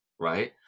right